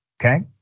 okay